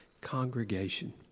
congregation